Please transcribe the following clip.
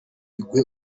iguhe